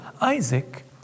Isaac